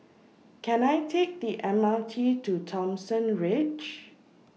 Can I Take The M R T to Thomson Ridge